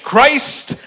Christ